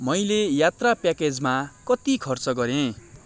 मैले यात्रा प्याकेजमा कति खर्च गरेँ